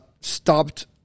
stopped